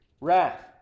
wrath